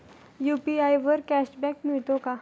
UPI वर cashback मिळतो का?